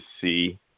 see